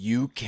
UK